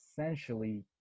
essentially